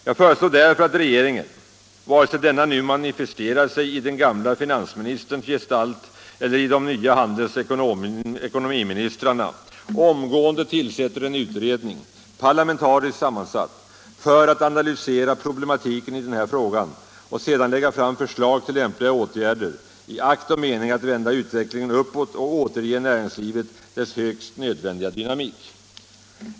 Jag föreslår därför att regeringen, vare sig denna nu manifesterar sig i den gamla finansministerns gestalt eller i de nya handelsoch ekonomiministrarna, omgående tillsätter en utredning — parlamentariskt sammansatt — för att analysera problematiken i den här frågan och sedan lägga fram förslag till lämpliga åtgärder i akt och mening att vända utvecklingen uppåt och återge näringslivet dess högst nödvändiga dynamik.